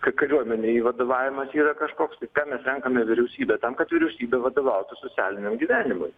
ka kariuomenei vadovavimas yra kažkoks tai kam mes renkame vyriausybę tam kad vyriausybė vadovautų socialiniam gyvenimui